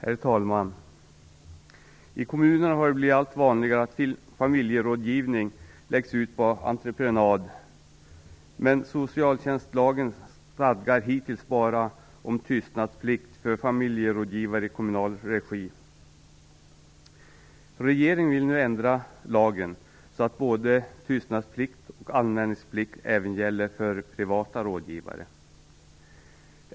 Herr talman! I kommunerna har det blivit allt vanligare att familjerådgivning läggs ut på entreprenad, men socialtjänstlagen stadgar hittills bara om tystnadsplikt för familjerådgivare i kommunal regi. Regeringen vill nu ändra lagen så att både tystnadsplikt och anmälningsplikt även gäller privata rådgivare.